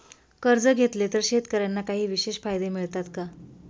कर्ज घेतले तर शेतकऱ्यांना काही विशेष फायदे मिळतात का?